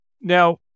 Now